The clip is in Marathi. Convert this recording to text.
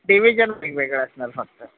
डिव्हिजन वेगवेगळा असणार फक्त